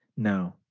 no